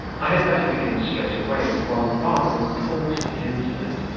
i had better begin straight away with one rather important incident,